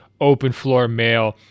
openfloormail